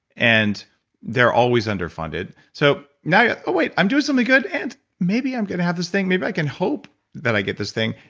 and they're always underfunded. so now, yeah oh wait, i'm doing something good, and maybe i'm going to have this thing, maybe i can hope that i get this thing.